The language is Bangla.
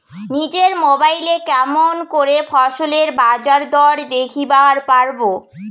নিজের মোবাইলে কেমন করে ফসলের বাজারদর দেখিবার পারবো?